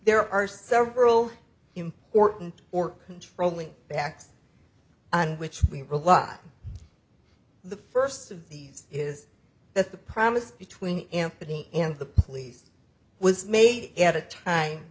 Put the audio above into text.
there are several important or controlling backs on which we rely on the first of these is that the promise between anthony and the police was made at a time